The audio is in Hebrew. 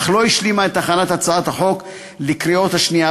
אך לא השלימה את הכנת הצעת החוק לקריאה השנייה